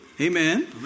Amen